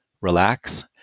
relax